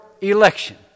election